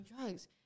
drugs